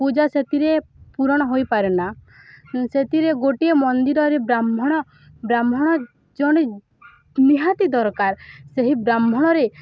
ପୂଜା ସେଥିରେ ପୂରଣ ହୋଇପାରେନା ସେଥିରେ ଗୋଟିଏ ମନ୍ଦିରରେ ବ୍ରାହ୍ମଣ ବ୍ରାହ୍ମଣ ଜଣେ ନିହାତି ଦରକାର ସେହି ବ୍ରାହ୍ମଣରେ